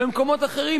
במקומות אחרים,